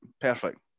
perfect